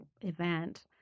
event